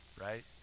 right